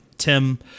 Tim